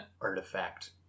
artifact